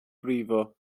brifo